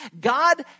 God